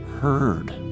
heard